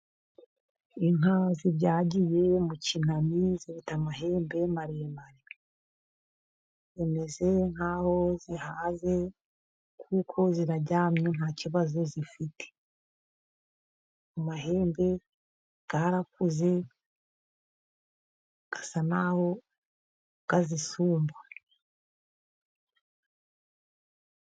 Inka zibyagiye mu kinani zifite amahembe maremare, zimeze nk'aho zihaze kuko ziraryamye nta kibazo zifite. Amahembe yarakuze asa n'aho azisumba.